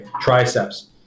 triceps